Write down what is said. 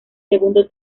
segundo